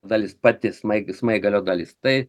dalis pati smai smaigalio dalis tai